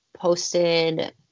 posted